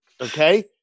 Okay